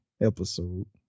episode